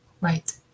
Right